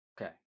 Okay